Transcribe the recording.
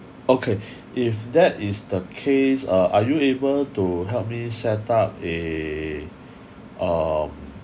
okay if that is the case uh are you able to help set up a um